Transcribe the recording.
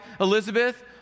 Elizabeth